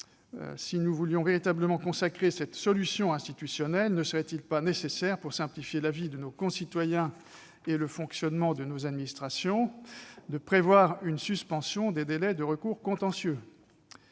Si nous voulions véritablement consacrer cette solution institutionnelle, ne serait-il pas nécessaire, pour simplifier la vie de nos concitoyens et le fonctionnement de nos administrations, de prévoir une suspension des délais de recours contentieux ?